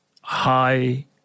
high